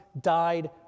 died